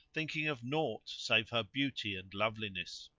thinking of naught save her beauty and loveliness.